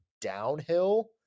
downhill